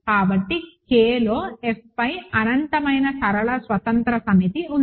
కాబట్టి Kలో F పై అనంతమైన సరళ స్వతంత్ర సమితి ఉంది